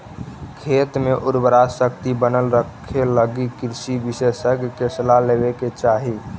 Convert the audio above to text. खेत के उर्वराशक्ति बनल रखेलगी कृषि विशेषज्ञ के सलाह लेवे के चाही